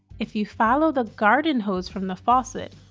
if you follow the garden hose from the faucet,